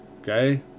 Okay